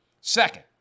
Second